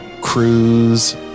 cruise